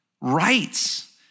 rights